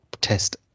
test